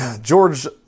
George